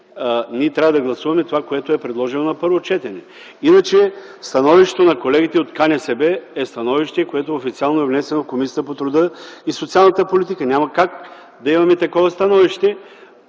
ние трябва да гласуваме това, което е предложено на първо четене. Иначе, становището на колегите от КНСБ е официално внесено в Комисията по труда и социалната политика. Няма как да имаме такова становище,